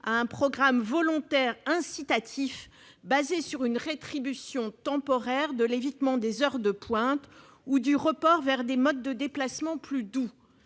à un programme volontaire incitatif, fondé sur une rétribution temporaire de l'évitement des heures de pointe ou du report vers des modes de déplacement plus doux.